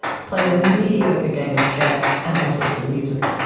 play a mediocre game of chess and also some music.